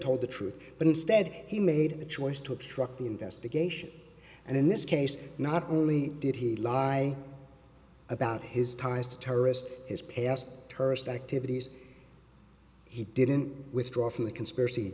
told the truth but instead he made the choice to obstruct the investigation and in this case not only did he lie about his ties to terrorist his past tourist activities he didn't withdraw from the conspiracy